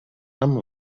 amb